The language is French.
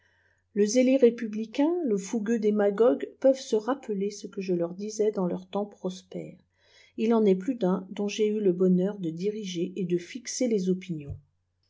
le zélé républicain le fougueux démagogue peuvent se rappeler ce que je leur disais dans leur temps prospère il en est plus d'un dont j'ai eu le bonheur de diriger et de fixer les opinions